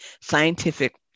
scientific